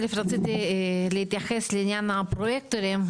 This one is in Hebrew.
אלף רציתי להתייחס לעניין הפרויקטורים,